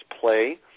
play